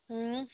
اۭں